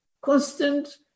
constant